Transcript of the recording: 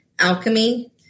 alchemy